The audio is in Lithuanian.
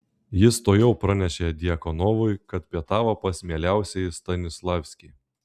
jis tuojau pranešė djakonovui kad pietavo pas mieliausiąjį stanislavskį